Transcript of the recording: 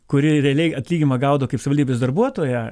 kuri realiai atlyginimą gaudavo kaip savivaldybės darbuotoja